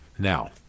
Now